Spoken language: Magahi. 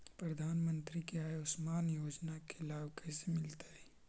प्रधानमंत्री के आयुषमान योजना के लाभ कैसे मिलतै?